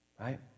right